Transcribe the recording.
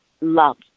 love